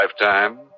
lifetime